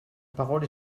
parole